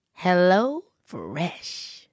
HelloFresh